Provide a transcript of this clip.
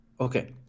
Okay